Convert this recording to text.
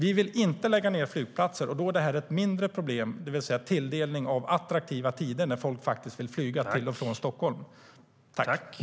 Vi vill inte lägga ned flygplatser, och då är tilldelningen av attraktiva tider när folk faktiskt vill flyga till och från Stockholm ett mindre problem.